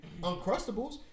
uncrustables